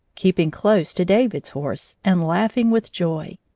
keeping close to david's horse, and laughing with joy.